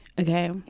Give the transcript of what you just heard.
Okay